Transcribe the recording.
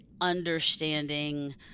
understanding